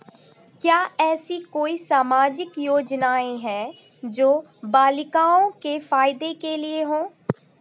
क्या ऐसी कोई सामाजिक योजनाएँ हैं जो बालिकाओं के फ़ायदे के लिए हों?